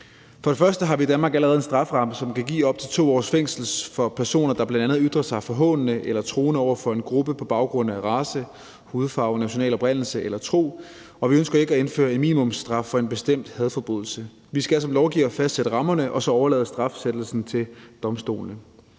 For det første har vi i Danmark allerede en strafferamme, som kan give op til 2 års fængsel for personer, der bl.a. ytrer sig forhånende eller truende over for en gruppe på baggrund af race, hudfarve, national oprindelse eller tro, og vi ønsker ikke at indføre en minimumsstraf for en bestemt hadforbrydelse. Vi skal som lovgivere fastsætte rammerne og så overlade straffastsættelsen til domstolene.